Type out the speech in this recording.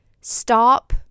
stop